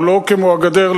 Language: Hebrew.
הוא לא כמו הגדר,